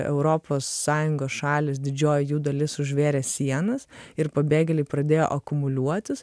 europos sąjungos šalys didžioji jų dalis užvėrė sienas ir pabėgėliai pradėjo akumuliuotis